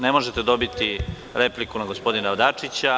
Nemožete dobiti repliku na gospodina Dačiću.